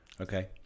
Okay